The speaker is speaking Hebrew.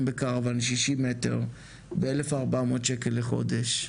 בקרוואנים 60 מ"ר ב1,400 שקלים לחודש.